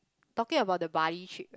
talking about the bali trip